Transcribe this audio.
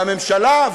והממשלה,